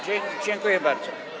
Dziękuję bardzo.